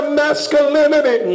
masculinity